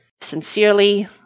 Sincerely